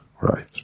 right